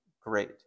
great